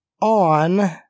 on